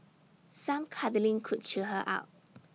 some cuddling could cheer her up